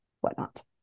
whatnot